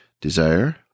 Desire